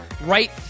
right